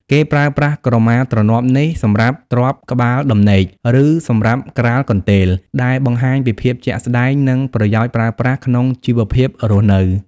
គេប្រើប្រាស់ក្រមាទ្រនាប់នេះ សម្រាប់ទ្រាប់ក្បាលដំណេក ឬសម្រាប់ក្រាលកន្ទេល ដែលបង្ហាញពីភាពជាក់ស្តែង និងប្រយោជន៍ប្រើប្រាស់ក្នុងជីវភាពរស់នៅ។